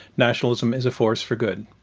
nationalism is a force for good.